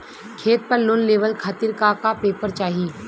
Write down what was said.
खेत पर लोन लेवल खातिर का का पेपर चाही?